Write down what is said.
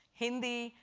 hindi,